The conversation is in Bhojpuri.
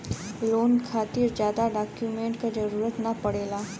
लोन खातिर जादा डॉक्यूमेंट क जरुरत न पड़ेला